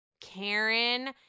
Karen